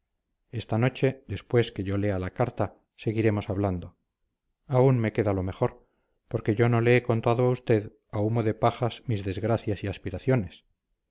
esta noche después que yo lea la carta seguiremos hablando aún me queda lo mejor porque yo no le he contado a usted a humo de pajas mis desgracias y aspiraciones